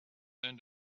own